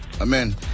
Amen